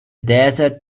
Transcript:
desert